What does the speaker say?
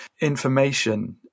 information